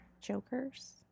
Jokers